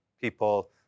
people